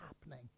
happening